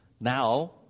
now